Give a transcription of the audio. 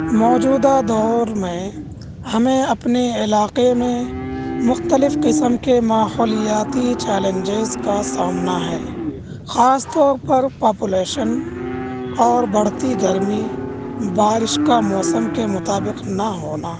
موجودہ دور میں ہمیں اپنے علاقے میں مختلف قسم کے ماحولیاتی چیلنجز کا سامنا ہے خاص طور پر پاپولیشن اور بڑھتی گرمی بارش کا موسم کے مطابق نہ ہونا